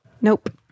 Nope